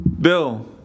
Bill